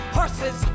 horses